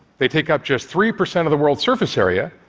they take up just three percent of the world's surface area,